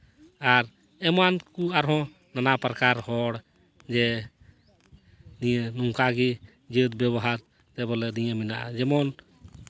ᱟᱨ ᱮᱢᱟᱱ ᱠᱚ ᱟᱨᱦᱚᱸ ᱱᱟᱱᱟ ᱯᱨᱚᱠᱟᱨ ᱦᱚᱲ ᱡᱮ ᱱᱤᱭᱟᱹ ᱱᱚᱝᱠᱟᱜᱮ ᱡᱟᱹᱛ ᱵᱮᱵᱚᱦᱟᱨ ᱵᱚᱞᱮ ᱫᱤᱭᱮ ᱢᱮᱱᱟᱜᱼᱟ ᱡᱮᱢᱚᱱ